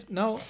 now